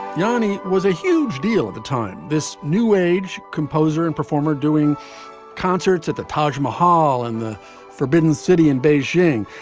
johnny was a huge deal at the time. this new age composer and performer doing concerts at the taj mahal in and the forbidden city in beijing.